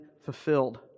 fulfilled